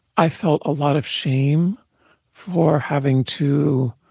i felt a lot of shame for having to